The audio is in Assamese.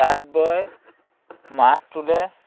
তাত বয় মাহ তুলে